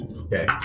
Okay